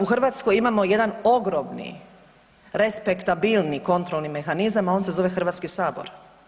U Hrvatskoj imamo jedan ogromni respektabilni kontrolni mehanizam, a on se zove Hrvatski sabor.